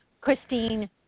Christine